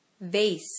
Vase